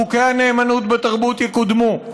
חוקי הנאמנות בתרבות יקודמו,